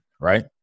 right